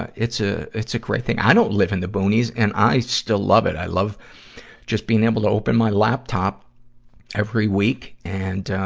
ah it's a, it's a great thing. i don't live in the boonies, and i still love it. i love just being able to open my laptop every week and, ah,